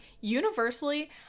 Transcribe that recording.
universally